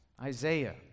Isaiah